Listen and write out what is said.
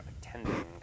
attending